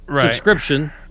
subscription